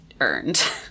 earned